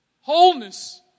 wholeness